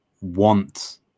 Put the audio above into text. want